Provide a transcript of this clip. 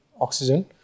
oxygen